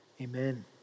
amen